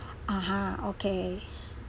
(uh huh) okay